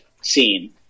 scene